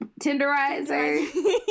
tenderizer